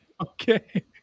Okay